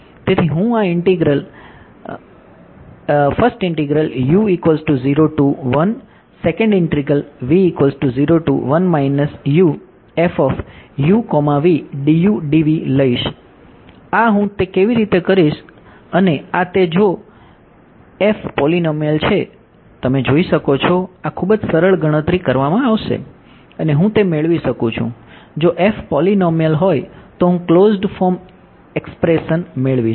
તેથી હું આ ઇન્ટીગ્રલ લઇશ આ હું તે કેવી રીતે કરીશ અને આ તે છે જો f પોલીનોમિયલ છે તમે જોઈ શકો છો આ ખૂબ જ સરળ ગણતરી કરવામાં આવશે અને હું તે મેળવી શકું છું જો f પોલીનોમિયલ હોય તો હું ક્લોઝ્ડ મેળવીશ